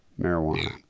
marijuana